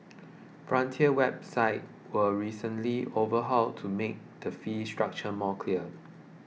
frontier's website were recently overhauled to make the fee structure more clear